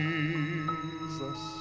Jesus